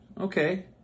okay